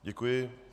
Děkuji.